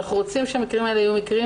ואנחנו רוצים שהמקרים האלה יהיו מקרים